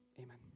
Amen